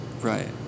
Right